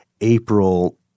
April